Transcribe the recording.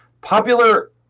Popular